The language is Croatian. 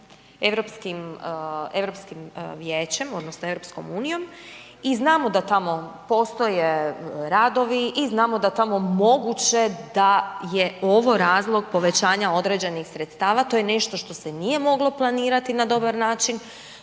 Europskim Vijećem odnosno EU i znamo da tamo postoje radovi i znamo da tamo moguće da je ovo razlog povećanja određenih sredstava, to je nešto što se nije moglo planirati na dobar način,